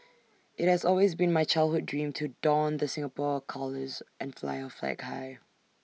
IT has always been my childhood dream to don the Singapore colours and fly our flag high